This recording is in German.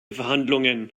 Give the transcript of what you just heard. verhandlungen